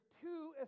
two